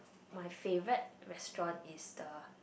my favourite restaurant is the